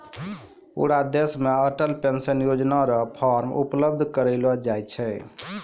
पूरा देश मे अटल पेंशन योजना र फॉर्म उपलब्ध करयलो जाय छै